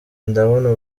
ndabona